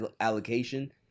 allocation